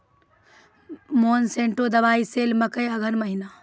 Monsanto दवाई sale मकर अघन महीना,